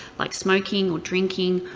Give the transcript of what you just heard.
like smoking or drinking,